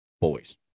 boys